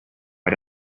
why